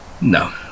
No